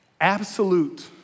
absolute